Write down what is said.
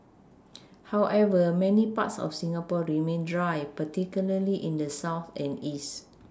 however many parts of Singapore remain dry particularly in the south and east